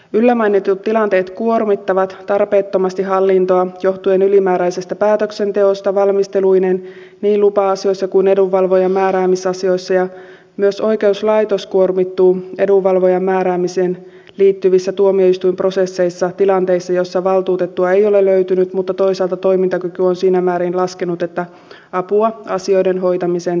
edellä mainitut tilanteet kuormittavat tarpeettomasti hallintoa johtuen ylimääräisestä päätöksenteosta valmisteluineen niin lupa asioissa kuin edunvalvojan määräämisasioissa ja myös oikeuslaitos kuormittuu edunvalvojan määräämiseen liittyvissä tuomioistuinprosesseissa tilanteissa joissa valtuutettua ei ole löytynyt mutta toisaalta toimintakyky on siinä määrin laskenut että apua asioiden hoitamiseen tarvitaan